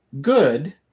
good